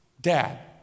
dad